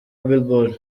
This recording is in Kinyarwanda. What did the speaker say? billboard